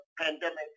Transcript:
pandemic